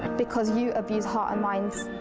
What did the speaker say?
because you abuse hearts and minds.